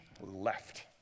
left